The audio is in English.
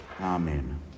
Amen